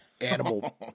animal